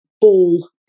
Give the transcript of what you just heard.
ball